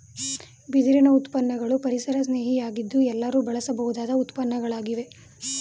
ಬಿದಿರಿನ ಉತ್ಪನ್ನಗಳು ಪರಿಸರಸ್ನೇಹಿ ಯಾಗಿದ್ದು ಎಲ್ಲರೂ ಬಳಸಬಹುದಾದ ಉತ್ಪನ್ನಗಳಾಗಿವೆ